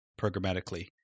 programmatically